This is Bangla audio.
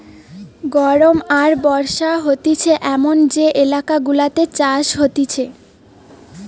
গরম আর বর্ষা হতিছে এমন যে এলাকা গুলাতে চাষ হতিছে